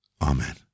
Amen